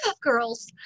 Girls